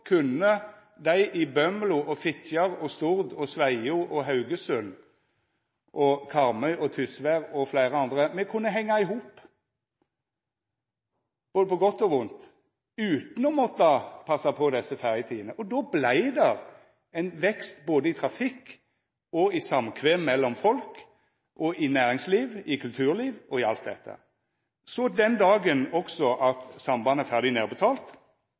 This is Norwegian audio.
kunne dei i Bømlo, Fitjar, Stord, Sveio, Haugesund, Karmøy, Tysvær og fleire andre henga i hop på både godt og vondt, utan å måtta passa på ferjetidene. Då blei det ein vekst i både trafikk, samkvem mellom folk og i næringsliv, i kulturliv, i alt dette. Så den dagen då sambandet er ferdig